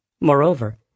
moreover